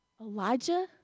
Elijah